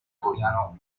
coreano